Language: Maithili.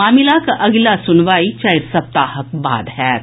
मामिलाक अगिला सुनवाई चारि सप्ताह बाद होएत